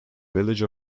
village